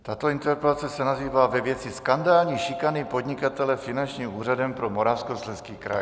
Tato interpelace se nazývá ve věci skandální šikany podnikatele Finančním úřadem pro Moravskoslezský kraj.